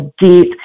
deep